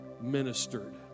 ministered